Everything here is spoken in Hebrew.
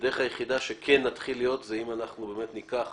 הדרך היחידה שכן נתחיל להיות זה אם אנחנו באמת ניקח